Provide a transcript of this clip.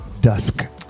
Dusk